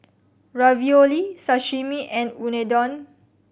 Ravioli Sashimi and Unadon